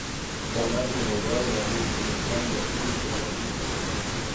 po metų naudojimo jis nusprendė pakeisti hostingą